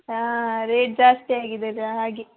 ಹಾಂ ರೇಟ್ ಜಾಸ್ತಿಯಾಗಿದೆ ಜಾ ಹಾಗೆ